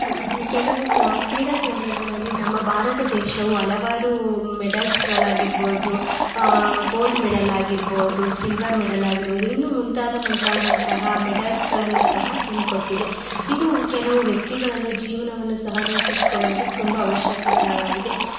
ಕೆಲವು ಕ್ರೀಡಾ ಕೇಂದ್ರಗಳಲ್ಲಿ ನಮ್ಮ ಭಾರತ ದೇಶವು ಹಲವಾರು ಮೆಡಲ್ಸ್ಗಳಾಗಿರ್ಬಹುದು ಗೋಲ್ಡ್ ಮೆಡಲ್ ಆಗಿರ್ಬೋದು ಸಿಲ್ವರ್ ಮೆಡಲ್ ಆಗಿರ್ಬೋದು ಇನ್ನೂ ಮುಂತಾದ ಮುಂತಾದಂತಹ ಮೆಡಲ್ಸ್ಗಳನ್ನು ಸಹ ತಂದು ಕೊಟ್ಟಿದೆ ಇದು ಕೆಲವು ವ್ಯಕ್ತಿಗಳನ್ನು ಜೀವನವನ್ನು ರೂಪಿಸಿಕೊಳ್ಳಲು ತುಂಬ ಅವಶ್ಯಕತೆಯಾಗಿದೆ